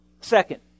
Second